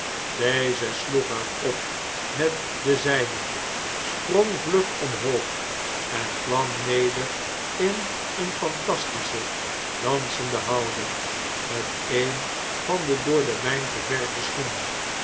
deze sloeg er op met de zjjne sprong vlug omhoog en kwam neder in eene fantastische dansende houding met een van de door den wijn geverfde schoenen